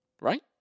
right